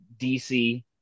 DC